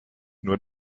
nur